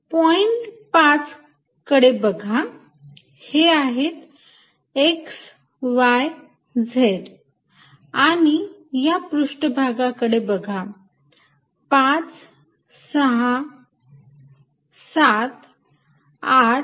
point 5 कडे बघा हे आहेत x y z आणि या पृष्ठभागाकडे बघा 5 6 7 8